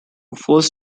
first